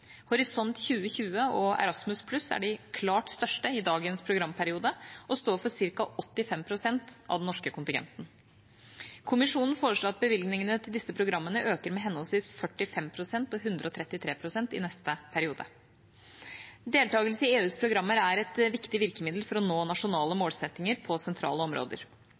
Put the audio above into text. Horisont 2020 og Erasmus+ er de klart største i dagens programperiode og står for ca. 85 pst. av den norske kontingenten. Kommisjonen foreslår at bevilgningene til disse programmene øker med henholdsvis 45 pst. og 133 pst. i neste periode. Deltakelse i EUs programmer er et viktig virkemiddel for å nå nasjonale målsettinger på sentrale områder.